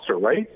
right